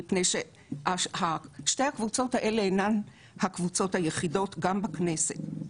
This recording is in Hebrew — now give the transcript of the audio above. מפני ששתי הקבוצות האלה אינן הקבוצות היחידות גם בכנסת.